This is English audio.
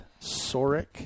Soric